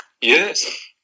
yes